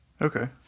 Okay